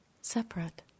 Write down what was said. separate